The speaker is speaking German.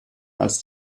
als